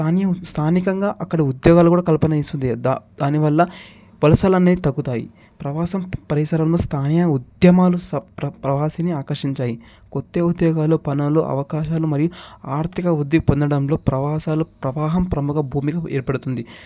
స్థానియ స్థానికంగా అక్కడ ఉద్యోగాలు కూడా కల్పన ఇస్తుంది దా దానివల్ల వలసలు అనేవి తగ్గుతాయి ప్రవాసం పరిసరాల్లో స్థానియ ఉద్యమాలు ప్రవాసిని ఆకర్షించాయి కొత్త ఉద్యోగాలు పనులు అవకాశాలు మరియు ఆర్థికవృద్ధి పొందడంలో ప్రవాసాలు ప్రవాహం ప్రముఖ భూమికి ఏర్పడుతుంది